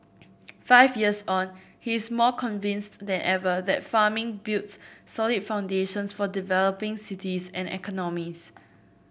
five years on he is more convinced than ever that farming builds solid foundations for developing cities and economies